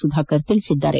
ಸುಧಾಕರ್ ತಿಳಿಸಿದ್ದಾರೆ